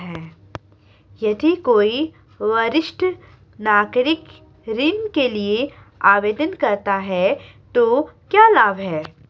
यदि कोई वरिष्ठ नागरिक ऋण के लिए आवेदन करता है तो क्या लाभ हैं?